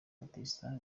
baptiste